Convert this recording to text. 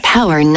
Power